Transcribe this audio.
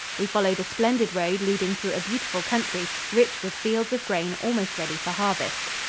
we followed a splendid road leading through a beautiful country, rich with fields of grain almost ready for harvest.